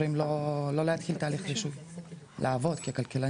בוחרים לא להתחיל את התהליך ולעבוד ככלכלנים,